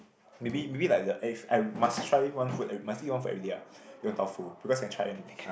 maybe maybe like the I must try one food must eat one food everyday ah Yong-Tau-Foo because can try anything ppo